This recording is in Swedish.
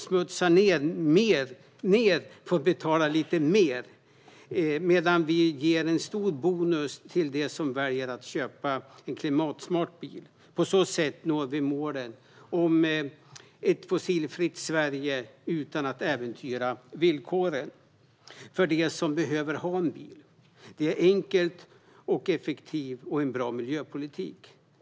Samtidigt ger vi en stor bonus till dem som väljer att köpa en klimatsmart bil. På så sätt når vi målen om ett fossilfritt Sverige utan att äventyra villkoren för dem som behöver ha en bil. Det är en enkel, effektiv och bra miljöpolitik.